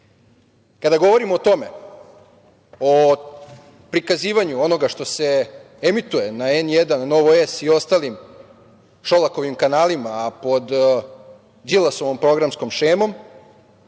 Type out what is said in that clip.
govorimo o tome, o prikazivanju onoga što se emituje na N1, Nova S i ostalim Šolakovim kanalima, a pod Đilasovom programskom šemom,